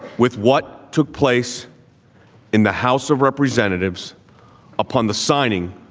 with what took place in the house of representatives upon the signing